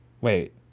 Wait